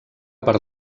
per